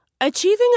Achieving